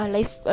Life